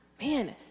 Man